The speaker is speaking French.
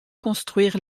construire